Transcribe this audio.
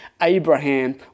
Abraham